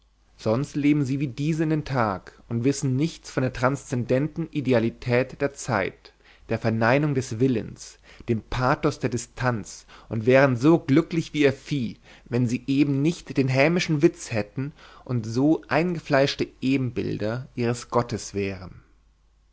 sonst leben sie wie diese in den tag und wissen nichts von der transzendenten idealität der zeit der verneinung des willens dem pathos der distanz und wären so glücklich wie ihr vieh wenn sie eben nicht den hämischen witz hätten und so eingefleischte ebenbilder ihres gottes wären